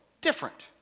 different